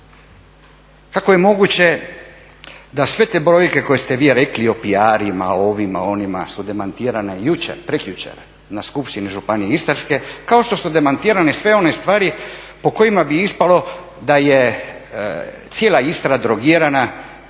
Kako je moguće da sve te brojke koje ste vi rekli i o PR-ima, ovima, onima su demantirane jučer, prekjučer na Skupštini Županije istarske kao što su demantirane sve one stvari po kojima bi ispalo da je cijela Istra drogirana